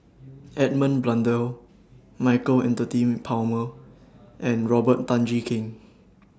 Edmund Blundell Michael Anthony Palmer and Robert Tan Jee Keng